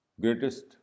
greatest